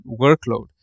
workload